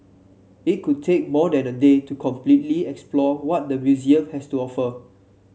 it could take more than a day to completely explore what the museum has to offer